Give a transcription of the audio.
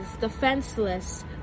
defenseless